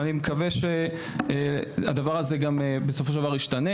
ואני מקווה שהדבר הזה גם בסופו של דבר ישתנה.